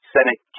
Senate